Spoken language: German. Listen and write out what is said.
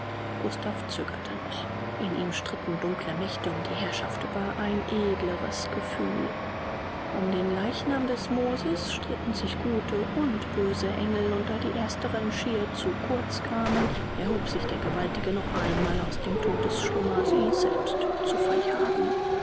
gustav zögerte noch in ihm stritten dunkle mächte um die herrschaft über ein edleres gefühl um den leichnam des moses stritten sich gute und böse engel und da die ersteren schier zu kurz kamen erhob sich der gewaltige noch einmal aus dem todesschlummer sie selbst zu verjagen